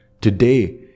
Today